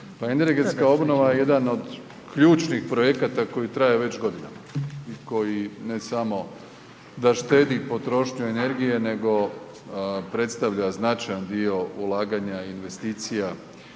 energetska obnova je jedan od ključnih projekta koji traje već godinama, koji ne samo da štedi potrošnju energije nego predstavlja značajan dio ulaganja investicija